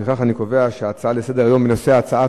לפיכך אני קובע שההצעות לסדר-היום בנושא הצעת